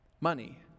money